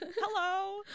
Hello